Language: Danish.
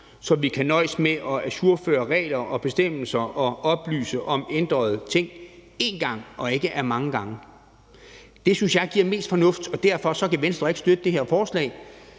så vi kan nøjes med at ajourføre regler og bestemmelser og oplyse om ændrede ting én gang og ikke mange gang? Det synes jeg giver mest fornuft, og derfor kan Venstre ikke støtte det her forslag.